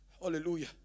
Hallelujah